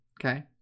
Okay